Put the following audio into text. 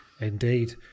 Indeed